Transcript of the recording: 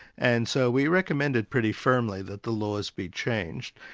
and so we recommended pretty firmly that the laws be changed,